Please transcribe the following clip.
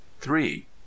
three